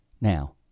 Now